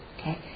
Okay